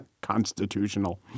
Constitutional